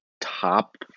top